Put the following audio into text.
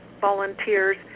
volunteers